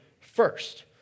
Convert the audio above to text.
first